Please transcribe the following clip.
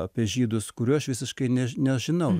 apie žydus kurių aš visiškai nežinau